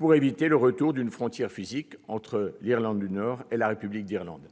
et d'éviter le retour d'une frontière physique entre l'Irlande du Nord et la République d'Irlande.